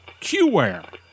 Qware